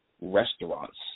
restaurants